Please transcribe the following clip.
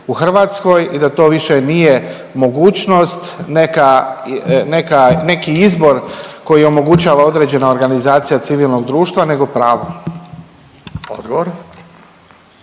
Hrvatskoj i da to više nije mogućnost neka, neka, neki izbor koji omogućava određena organizacija civilnog društva nego pravo. **Radin,